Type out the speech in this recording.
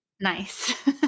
nice